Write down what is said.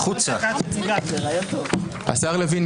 (חבר הכנסת עופר כסיף יוצא מחדר הוועדה.) השר לוין,